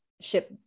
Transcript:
ship